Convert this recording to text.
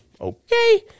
Okay